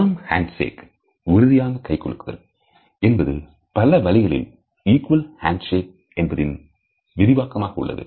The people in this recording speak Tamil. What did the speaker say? பர்ம் ஹேண்ட் சேக் உறுதியான கைகுலுக்குதல் என்பது பல வழிகளில் இக்வல் ஹேண்ட் சேக் என்பதின் விரிவாக்கமாக உள்ளது